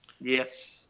Yes